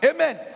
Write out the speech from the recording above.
Amen